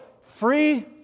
Free